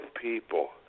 people